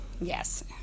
Yes